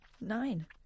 Nine